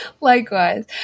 likewise